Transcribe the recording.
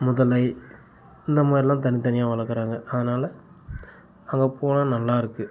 முதலை இந்தமாதிரிலாம் தனித்தனியாக வளர்க்குறாங்க அதனால் அங்கே போனால் நல்லா இருக்குது